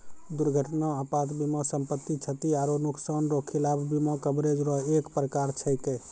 दुर्घटना आपात बीमा सम्पति, क्षति आरो नुकसान रो खिलाफ बीमा कवरेज रो एक परकार छैकै